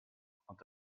und